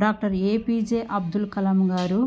doctor A P J Abdul Kalam గారు